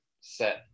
set